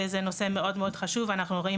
זה נושא חשוב שאנחנו נתקלים